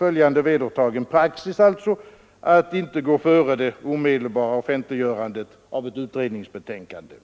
följande vedertagen praxis att inte gå före det omedelbara offentliggörandet av ett utredningsbetänkande.